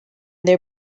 their